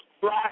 Black